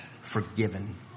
forgiven